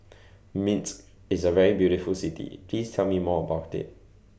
Minsk IS A very beautiful City Please Tell Me More about IT